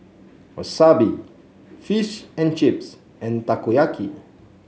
Wasabi Fish and Chips and Takoyaki